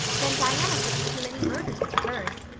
then diana puts too many murders into hers.